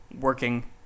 working